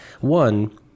one